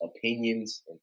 opinions